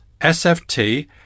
sft